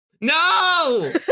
No